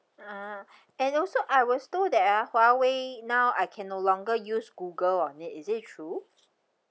ah and also I was told that ah Huawei now I can no longer use Google on it is it true